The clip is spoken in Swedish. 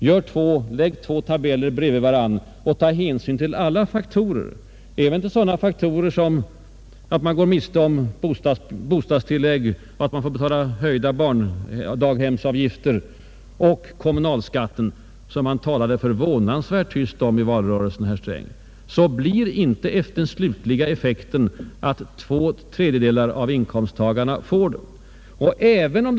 Om man lägger två tabeller bredvid varandra och tar hänsyn till alla faktorer — även till sådana som att man går miste om bostadstillägg och att man får betala höjda barndaghemsavgifter och till kommunalskatten, som man talade förvånansvärt tyst om i valrörelsen, herr Sträng — så finner man att den slutliga effekten inte blir att två tredjedelar av inkomsttagarna får skattesänkning.